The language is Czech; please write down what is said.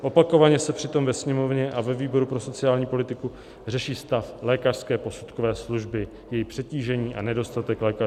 Opakovaně se přitom ve Sněmovně a ve výboru pro sociální politiku řeší stav lékařské posudkové služby, její přetížení a nedostatek lékařů.